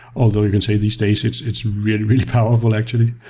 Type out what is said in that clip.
although, you can say these days, it's it's really, really powerful actually.